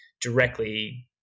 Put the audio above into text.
directly